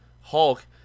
Hulk